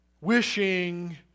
wishing